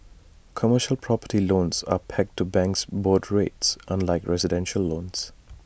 commercial property loans are pegged to banks' board rates unlike residential loans